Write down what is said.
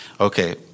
Okay